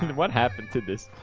what happened to this?